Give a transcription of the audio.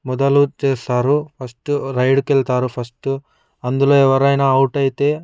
మొదలు చేస్తారు ఫస్ట్ రైడ్కు వెళ్తారు ఫస్టు అందులో ఎవరైనా అవుట్ అయితే